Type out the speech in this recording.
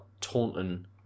Taunton